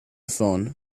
phone